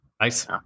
Nice